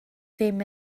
ddim